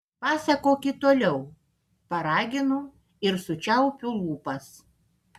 pasakokit toliau paraginu ir sučiaupiu lūpas